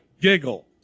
giggle